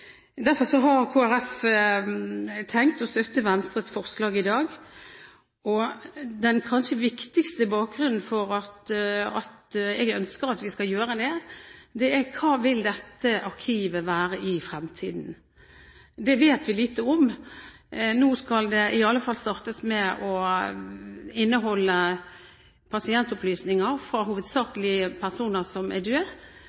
Derfor har Kristelig Folkeparti tenkt å støtte Venstres forslag i dag. Den kanskje viktigste bakgrunnen for at jeg ønsker at vi skal gjøre det, er spørsmålet om hva dette arkivet vil være i fremtiden. Det vet vi lite om. Det skal i alle fall til å begynne med inneholde pasientopplysninger hovedsakelig fra